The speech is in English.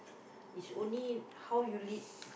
is only how you lead